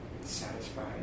satisfied